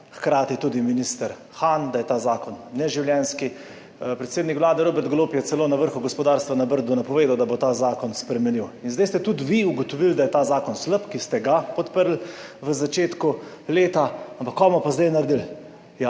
hkrati tudi minister Han, da je ta zakon neživljenjski, predsednik Vlade Robert Golob je celo na vrhu gospodarstva na Brdu napovedal, da bo ta zakon spremenil in zdaj ste tudi vi ugotovili, da je ta zakon slab, ki ste ga podprli v začetku leta. Ampak kaj bomo pa zdaj naredili? Ja,